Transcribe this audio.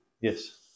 Yes